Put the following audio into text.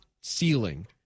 ceiling